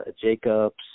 Jacobs